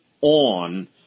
on